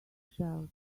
shells